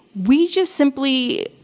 we just simply,